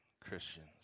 Christians